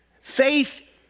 Faith